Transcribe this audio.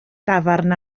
dafarn